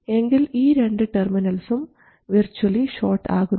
എങ്കിൽ ഈ രണ്ട് ടെർമിനൽസും വിർച്ച്വലി ഷോർട്ട് ആകുന്നു